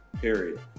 Period